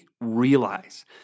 realize